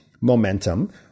momentum